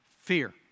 fear